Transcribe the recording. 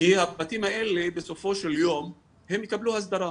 כי הבתים האלה בסופו של יום הם יקבלו הסדרה.